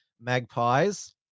magpies